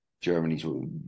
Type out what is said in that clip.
Germany's